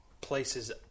places